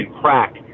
crack